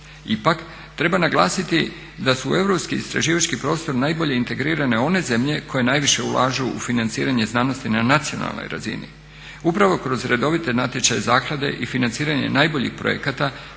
Ipak, treba naglasiti da su u europski istraživački prostor najbolje integrirane one zemlje koje najviše ulažu u financiranje znanosti na nacionalnoj razini. Upravo kroz redovite natječaje zaklade i financiranje najboljih projekata